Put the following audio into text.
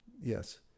Yes